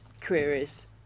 queries